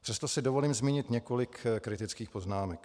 Přesto si dovolím zmínit několik kritických poznámek.